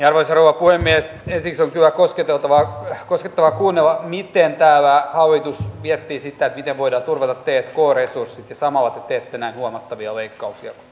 arvoisa rouva puhemies ensiksi on kyllä koskettavaa koskettavaa kuunnella miten täällä hallitus miettii sitä miten voidaan turvata tk resurssit ja samalla te teette näin huomattavia leikkauksia